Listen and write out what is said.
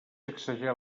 sacsejar